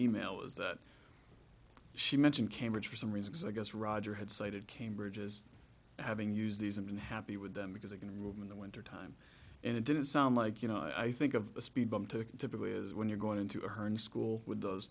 email is that she mentioned cambridge for some reason i guess roger had cited cambridge is having used these and been happy with them because they can room in the winter time and it didn't sound like you know i think of a speed bump typically is when you're going into a hern school with